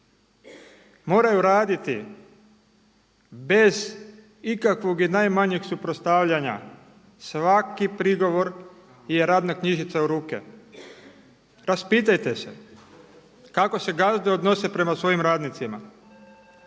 Moraju raditi bez ikakvog i najmanjeg suprotstavljanja, svaki prigovor je radna knjižica u ruke. Raspitajte se, kako se gazde odnose prema svojim radnicima.